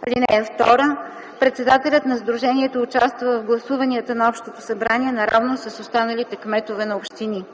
кмет. (2) Председателят на сдружението участва в гласуванията на общото събрание наравно с останалите кметове на общини.